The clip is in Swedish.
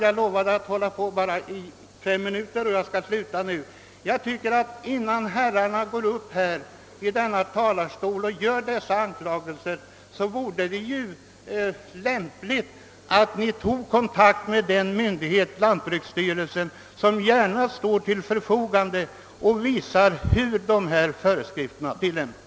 Jag lovade att tala i endast fem minuter och jag vill sluta med att säga att innan herrarna går upp i talarstolen och slungar ut anklagelser, vore det lämpligt att ta kontakt med lantbruksstyrelsen, som gärna står till förfogande för att visa hur föreskrifterna tillämpas.